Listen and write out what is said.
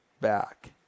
back